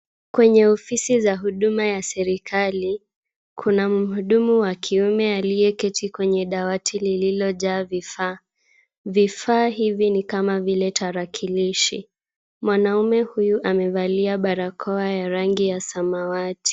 Kwenye ofisi za huduma za serikali kuna mhudumu wa kiumi aliyeketi kwenye dawati liliojaa vifaa, vifaa hivi ni kama vile tarakilishi, mwanaume huyu amevalia barakoa ya rangi ya samawati.